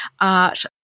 art